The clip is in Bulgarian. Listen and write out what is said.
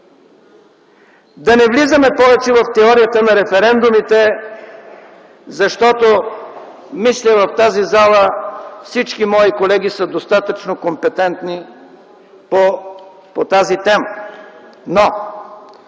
Да не влизаме повече в теорията на референдумите, защото, мисля в тази зала, всички мои колеги са достатъчно компетентни по тази тема.